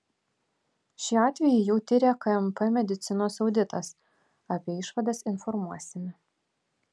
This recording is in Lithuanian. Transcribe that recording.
šį atvejį jau tiria kmp medicinos auditas apie išvadas informuosime